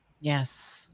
yes